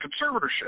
conservatorship